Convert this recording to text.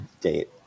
date